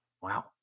Wow